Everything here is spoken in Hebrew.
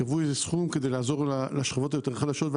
קבעו איזה סכום כדי לעזור לשכבות היותר חלשות.